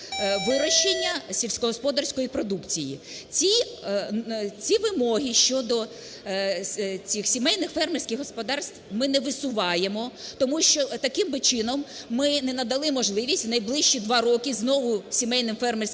вирощення сільськогосподарської продукції. Ці вимоги щодо цих сімейних фермерських господарств ми не висуваємо, тому що таким би чином ми не надали можливість в найближчі два роки знову сімейним фермерським господарствам